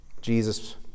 Jesus